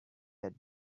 had